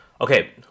Okay